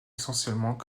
essentiellement